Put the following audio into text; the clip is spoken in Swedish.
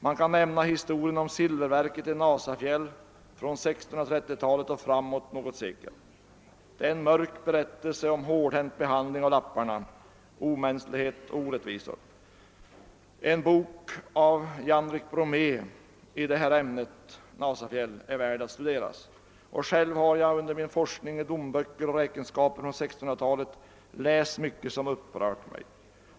Man kan nämna historien om silververket i Nasafjäll från 1630-talet och något sekel framåt. Det är en mörk berättelse om hårdhänt behandling av lapparna, omänsklighet och orättvisor. En bok av Janrik Bromé om Nasafjäll är värd att studeras, och själv har jag under min forskning i domböcker och räkenskaper från 1600-talet läst mycket som upprört mig.